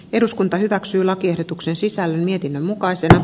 eduskunta hyväksyi lakiehdotuksen sisällön mietinnön mukaisena